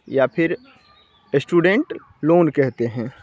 या फिर student loan कहते हैं